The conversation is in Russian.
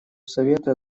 совета